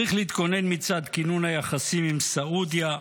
צריך להתכונן מצד כינון היחסים עם סעודיה,